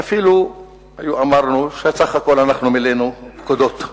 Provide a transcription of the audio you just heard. ואפילו היו שאמרו שבסך הכול אנחנו מילאנו פקודות.